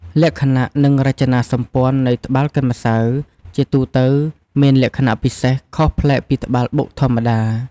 លក្ខណៈ និងរចនាសម្ព័ន្ធនៃត្បាល់កិនម្សៅជាទូទៅមានលក្ខណៈពិសេសខុសប្លែកពីត្បាល់បុកធម្មតា។